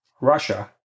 Russia